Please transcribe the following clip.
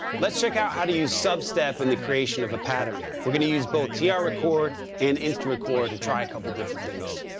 let's check out how to use sub step in the creation of a pattern. we're going to use both our ah tr-record and insta-record to try a couple of different things.